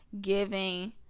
giving